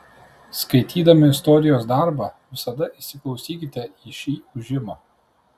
skaitydami istorijos darbą visada įsiklausykite į šį ūžimą